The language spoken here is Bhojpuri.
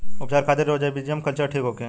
उपचार खातिर राइजोबियम कल्चर ठीक होखे?